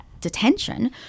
detention